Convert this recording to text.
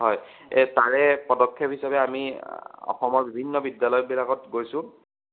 হয় এই তাৰে পদক্ষেপ হিচাপে আমি অসমৰ বিভিন্ন বিদ্যালয়বিলাকত গৈছোঁ